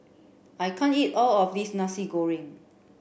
I can't eat all of this Nasi Goreng